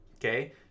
Okay